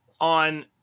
on